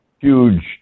huge